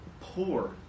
poor